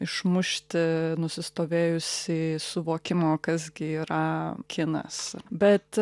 išmušti nusistovėjusį suvokimą o kas gi yra kinas bet